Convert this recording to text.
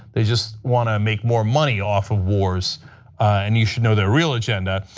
they just want to make more money off of wars and you should know the real agenda.